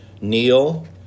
neil